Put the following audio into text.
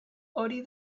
hori